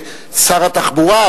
לשר התחבורה,